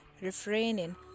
refraining